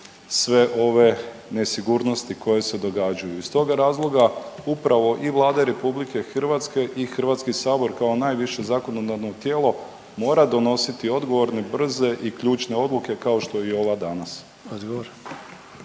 sve ove nesigurnosti koje se događaju. I iz toga razloga upravo i Vlada RH i HS kao najviše zakonodavno tijelo mora donositi odgovorne, brze i ključne odluke kao što je i ova danas.